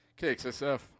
KXSF